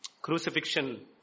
Crucifixion